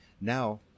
Now